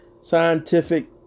scientific